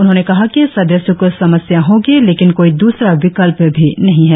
उन्होंने कहा कि सदस्यों को समस्या होगी लेकिन कोई दूसरा विकल्प भी नहीं है